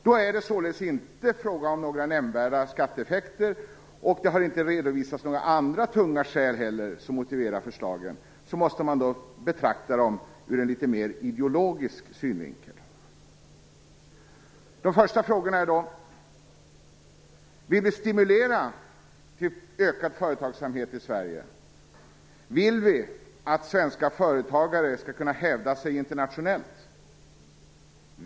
Då det således inte är fråga om några nämnvärda skatteeffekter och det inte heller har redovisats några andra tunga skäl som motiverar förslagen, måste de betraktas ur en mer ideologisk synvinkel. De första frågorna är då: Vill vi stimulera till ökad företagsamhet i Sverige? Vill vi att svenska företagare skall kunna hävda sig internationellt?